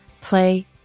Play